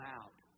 out